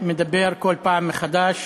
מדבר כל פעם מחדש